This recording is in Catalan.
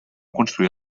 construir